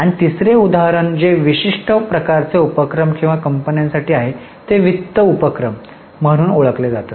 आणि तिसरे उदाहरण जे विशिष्ट प्रकारचे उपक्रम किंवा कंपनी साठी आहे ते वित्त उपक्रम म्हणून ओळखले जाते